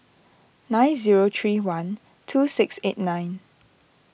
nine zero three one two six eight nine